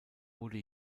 wurde